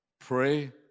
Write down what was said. Pray